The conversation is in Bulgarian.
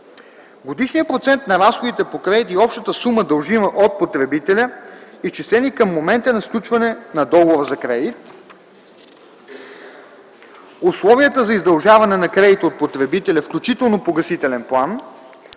годишният процент на разходите по кредита и общата сума, дължим от потребителя, изчислен и към момента на сключване на договора за кредит; - условията за издължаване на кредита от потребителя, включително и погасителен план;